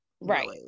right